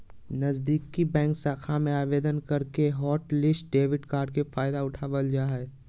नजीदीकि बैंक शाखा में आवेदन करके हॉटलिस्ट डेबिट कार्ड के फायदा उठाबल जा हय